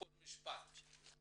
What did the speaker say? שלכם.